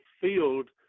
field